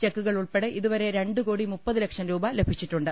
ചെക്കുകൾ ഉൾപ്പെടെ ഇതുവരെ രണ്ടു കോടി മുപ്പതു ലക്ഷം രൂപ ലഭിച്ചിട്ടു ണ്ട്